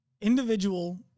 individual